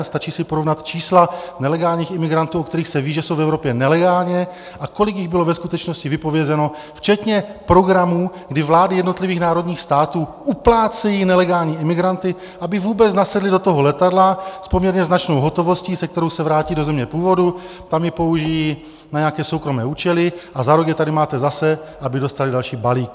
Stačí si porovnat čísla nelegálních imigrantů, o kterých se ví, že jsou v Evropě nelegálně, a kolik jich bylo ve skutečnosti vypovězeno, včetně programů, kdy vlády jednotlivých národních států uplácejí nelegální imigranty, aby vůbec nasedli do toho letadla s poměrně značnou hotovostí, se kterou se vrátí do země původu, tam ji použijí na nějaké soukromé účely, a za rok je tady máte zase, aby dostali další balík.